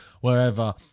wherever